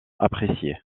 appréciée